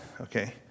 okay